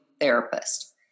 therapist